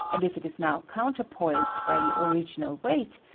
and if it is now ioounterpoised by the original weight,